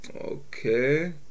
Okay